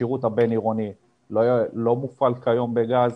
השירות הבין עירוני לא מופעל כיום בגז,